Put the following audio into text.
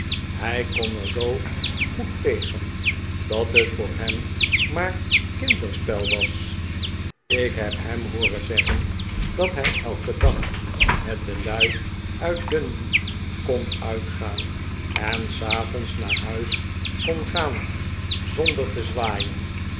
hij kon er zoo goed tegen dat het voor hem maar kinderspel was ik heb hem hooren zeggen dat hij elken dag met de lui uit dundee kon uitgaan en s avonds naar huis kon gaan zonder te zwaaien